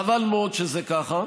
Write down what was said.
חבל מאוד שזה ככה.